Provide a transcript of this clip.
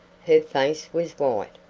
her face was white,